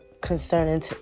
concerning